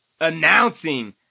announcing